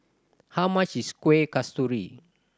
how much is Kueh Kasturi